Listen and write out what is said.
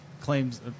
claims